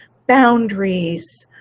boundaries,